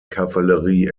kavallerie